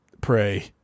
pray